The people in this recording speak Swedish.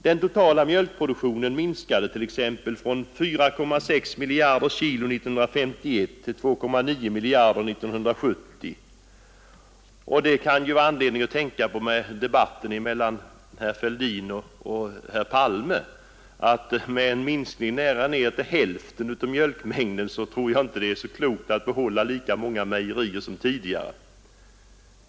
Den totala mjölkproduktionen minskade t.ex. från 4,6 miljarder kg 1951 till 2,9 miljarder 1970. Detta kan vara anledning att tänka på efter debatten mellan herr Fälldin och herr Palme. Med en minskning med nästan ner till hälften av mjölkmängden tror jag inte det är så klokt att behålla lika många mejerier som tidigare.